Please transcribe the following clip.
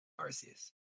Arceus